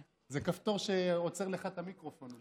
זה כפתור שעוצר לך את המיקרופון.